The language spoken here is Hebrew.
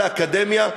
לאקדמיה,